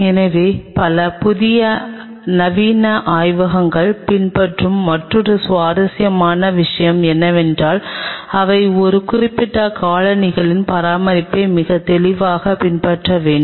எனவே பல புதிய நவீன ஆய்வகங்கள் பின்பற்றும் மற்றொரு சுவாரஸ்யமான விஷயம் என்னவென்றால் அவை ஒரு குறிப்பிட்ட காலணிகளின் பராமரிப்பை மிகத் தெளிவாகப் பின்பற்ற வேண்டும்